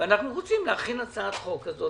ואנחנו רוצים להכין הצעת חוק כזאת.